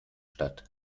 statt